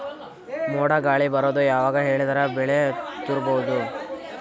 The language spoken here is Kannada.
ಮೋಡ ಗಾಳಿ ಬರೋದು ಯಾವಾಗ ಹೇಳಿದರ ಬೆಳೆ ತುರಬಹುದು?